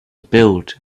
build